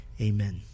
Amen